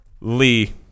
lee